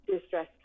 distress